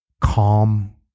calm